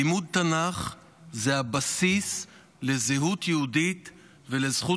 לימוד תנ"ך זה הבסיס לזהות יהודית ולזכות